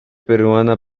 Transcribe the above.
peruana